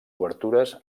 obertures